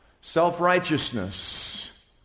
self-righteousness